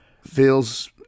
feels